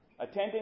attending